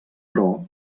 però